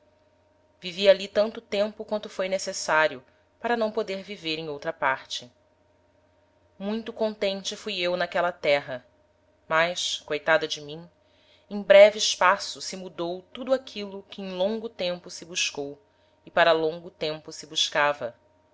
vivi ali tanto tempo quanto foi necessario para não poder viver em outra parte muito contente fui eu n'aquela terra mas coitada de mim em breve espaço se mudou tudo aquilo que em longo tempo se buscou e para longo tempo se buscava